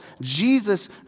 Jesus